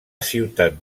ciutat